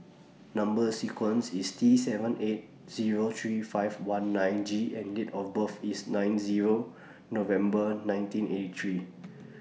Number sequence IS T seven eight Zero three five one nine G and Date of birth IS nine Zero November nineteen eighty three